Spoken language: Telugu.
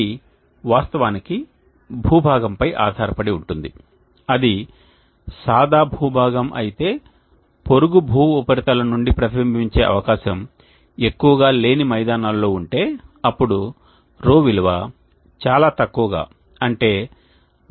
ఇది వాస్తవానికి భూభాగంపై ఆధారపడి ఉంటుంది అది సాదా భూభాగం అయితే పొరుగు భూ ఉపరితలం నుండి ప్రతిబింబించే అవకాశం ఎక్కువగా లేని మైదానాల్లో ఉంటే అప్పుడు ρ విలువ చాలా తక్కువగా అంటే 0